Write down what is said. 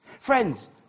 Friends